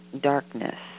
darkness